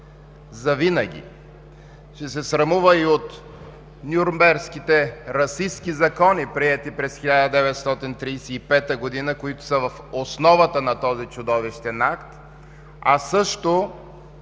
завинаги. Ще се срамува и от Нюрнбергските расистки закони, приети през 1935 г., които са в основата на този чудовищен акт, а също